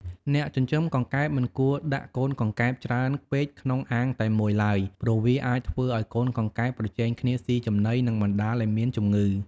អ្នកចិញ្ចឹមកង្កែបមិនគួរដាក់កូនកង្កែបច្រើនពេកក្នុងអាងតែមួយឡើយ ព្រោះវាអាចធ្វើឲ្យកូនកង្កែបប្រជែងគ្នាសុីចំណី និងបណ្តាលឲ្យមានជំងឺ។